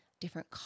different